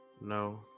No